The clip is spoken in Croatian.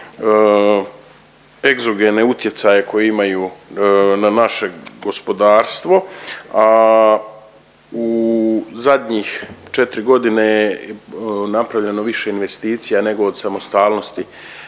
egzogene utjecaje koje imaju na naše gospodarstvo, a u zadnjih 4 godine je napravljeno više investicija nego od samostalnosti